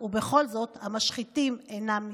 ובכל זאת המשחיתים אינם נתפסים.